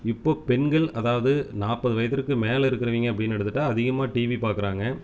இப்ப பெண்கள் அதாவது நாற்பது வயதிற்கு மேல இருக்குறவிங்கன்னு அப்படின்னு எடுத்துகிட்டா அதிகமாக டிவி பார்க்குறாங்க